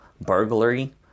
burglary